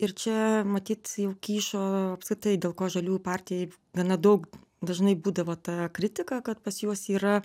ir čia matyt jau kyšo apskritai dėl ko žaliųjų partijai gana daug dažnai būdavo ta kritika kad pas juos yra